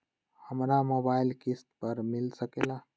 हमरा मोबाइल किस्त पर मिल सकेला?